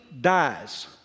dies